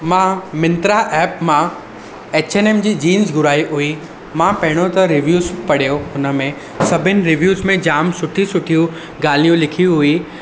मां मिंत्रा एप मां H and M जी जीन्स घुराइ हुई मां पहिरियों त रिव्यूज़ पढ़ियो हुनमें सभिनि रिव्यूज़ में जाम सुठी सुठियूं गाल्हियूं लिखी हुई